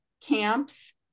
camps